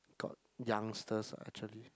got youngsters ah actually